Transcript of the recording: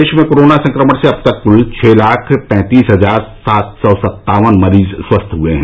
देश में कोरोना संक्रमण से अब तक कुल छह लाख पैंतीस हजार सात सौ सत्तावन मरीज स्वस्थ हुए हैं